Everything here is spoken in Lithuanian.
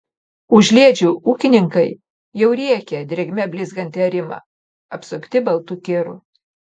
užliedžių ūkininkai jau riekia drėgme blizgantį arimą apsupti baltų kirų